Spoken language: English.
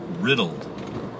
riddled